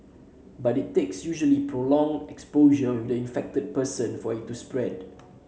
but it takes usually prolonged exposure with the infected person for it to spread